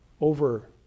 over